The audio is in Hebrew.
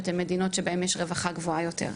אלו מדינות שבהן יש רווחה גבוהה יותר.